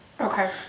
Okay